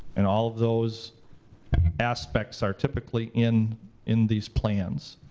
and all of those aspects are typically in in these plans.